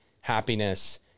happiness